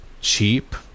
cheap